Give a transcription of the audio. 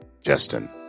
Justin